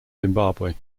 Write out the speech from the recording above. zimbabwe